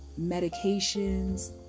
medications